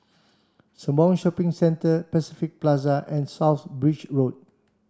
Sembawang Shopping Centre Pacific Plaza and South Bridge Road